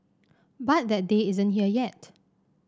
but that day isn't here yet